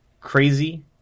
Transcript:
Crazy